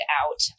out